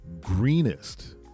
greenest